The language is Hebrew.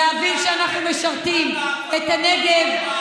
להבין שאנחנו משרתים את הנגב,